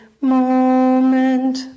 moment